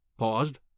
paused